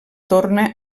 torna